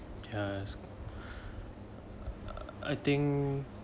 ya so I think